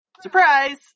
Surprise